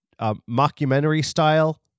mockumentary-style